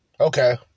Okay